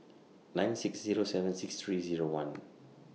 nine six Zero seven six three Zero one